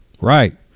Right